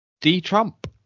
D-Trump